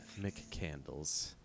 McCandles